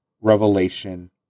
revelation